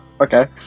Okay